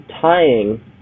tying